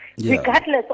regardless